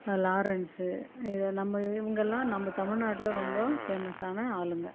Lawrence இது நம்ம இவங்கெள்லாம் நம்ம தமிழ்நாட்டில் ரொம்ப ஃபேமஸ்ஸான ஆளுங்க